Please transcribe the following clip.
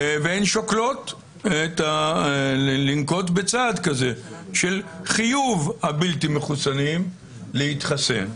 והן שוקלות לנקוט בצעד כזה של חיוב הבלתי מחוסנים להתחסן.